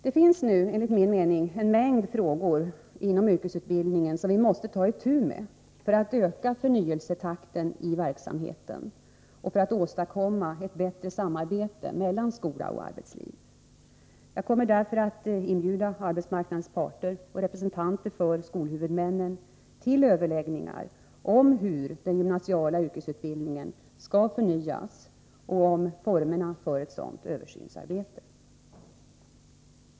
Det finns nu enligt min mening en mängd frågor inom yrkesutbildningen som vi måste ta itu med för att öka förnyelsetakten i verksamheten och för att åstadkomma ett bättre samarbete mellan skola och arbetsliv. Jag kommer därför att inbjuda arbetsmarknadens parter och representanter för skolhuvudmännen till överläggningar om hur den gymnasiala yrkesutbildningen skall förnyas och om formerna för ett sådant översynsarbete.